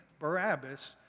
Barabbas